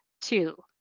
two